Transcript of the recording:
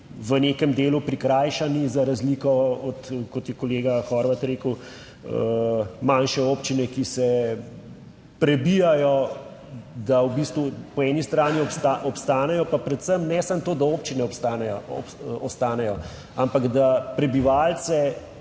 v nekem delu prikrajšani za razliko od, kot je kolega Horvat rekel, manjše občine, ki se prebijajo, da v bistvu po eni strani obstanejo, pa predvsem ne samo to, da občine ostanejo, ampak da prebivalce